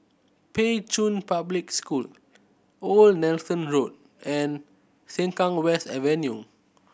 Pei Chun Public School Old Nelson Road and Sengkang West Avenue